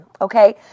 okay